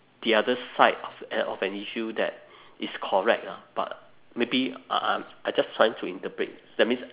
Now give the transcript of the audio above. the other side of an of an issue that is correct lah but maybe I I'm I just trying to interpret that means